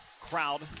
crowd